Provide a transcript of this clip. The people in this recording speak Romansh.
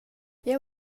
jeu